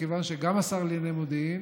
מכיוון שגם השר לענייני מודיעין